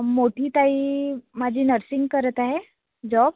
मोठी ताई माझी नर्सिंग करत आहे जॉब